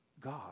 God